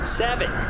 seven